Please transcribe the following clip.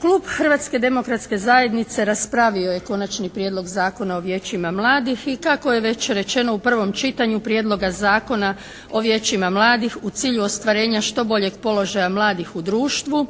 Klub Hrvatske demokratske zajednice raspravio je Konačni prijedlog Zakona o Vijećima mladih i kako je već rečeno u prvom čitanju Prijedloga zakona o Vijećima mladih u cilju ostvarenja što boljeg položaja mladih u društvu,